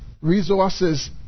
resources